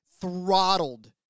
throttled